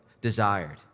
desired